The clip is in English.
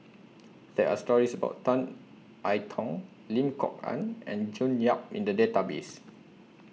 There Are stories about Tan I Tong Lim Kok Ann and June Yap in The Database